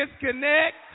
disconnect